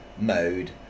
mode